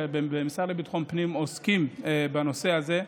במשרד לביטחון פנים עוסקים בנושא הזה,